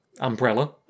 Umbrella